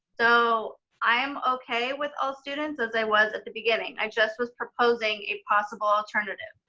so i am okay with all students as i was at the beginning, i just was proposing a possible alternative,